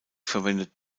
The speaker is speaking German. verwendet